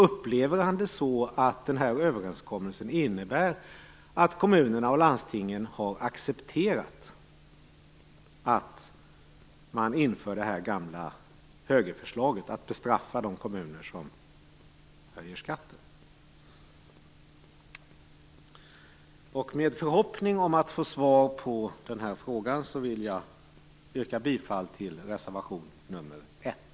Upplever han det så att överenskommelsen innebär att kommunerna och landstingen har accepterat att man inför det här gamla högerförslaget, om att bestraffa de kommuner som höjer skatten? Med förhoppning om att få svar på den här frågan vill jag yrka bifall till reservation nr 1.